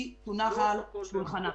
הוא יקבל הכול רטרואקטיבית.